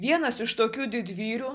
vienas iš tokių didvyrių